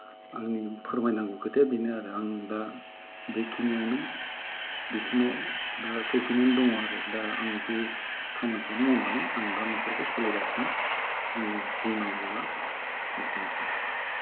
आंनि फोरमायनांगौ खोथाया बेनो आरो आं दा बेखिनियावनो बिसिमाव दा सौफैनानै दङ आरो दा आं बे खामानिखौनो मावनानै आं दा न'खरखौ सलायगासिनो आंनि बुंनांगौ एसेनोसै